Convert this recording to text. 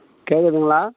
கேட்குதுங்களா